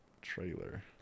Trailer